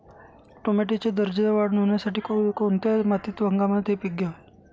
टोमॅटोची दर्जेदार वाढ होण्यासाठी कोणत्या मातीत व हंगामात हे पीक घ्यावे?